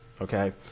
okay